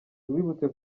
tubibutse